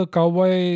Cowboy